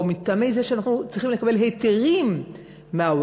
או מטעמי זה שאנחנו צריכים לקבל היתרים מהווקף,